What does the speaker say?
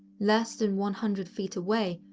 less than one hundred feet away,